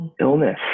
illness